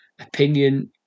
opinion